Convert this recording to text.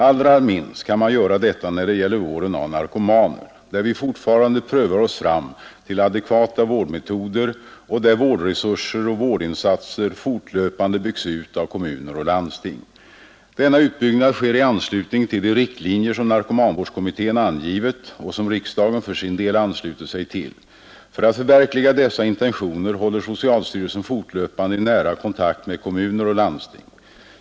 Allra minst kan man göra detta när det gäller vården av narkomaner, där vi fortfarande prövar oss fram till adekvata vårdmetoder och där vårdresurser och vårdinsatser fortlöpande byggs ut av kommuner och landsting. Denna utbyggnad sker i anslutning till de riktlinjer som narkomanvårdskommittén angivit och som riksdagen för sin del anslutit sig till. För att förverkliga dessa intentioner håller socialstyrelsen fortlöpande en nära kontakt med kommuner och landsting.